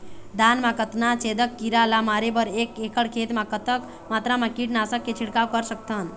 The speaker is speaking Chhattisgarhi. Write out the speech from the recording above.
धान मा कतना छेदक कीरा ला मारे बर एक एकड़ खेत मा कतक मात्रा मा कीट नासक के छिड़काव कर सकथन?